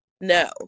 no